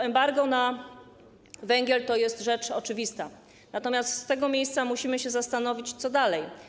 Embargo na węgiel to jest sprawa oczywista, natomiast w tym miejscu musimy się zastanowić, co dalej.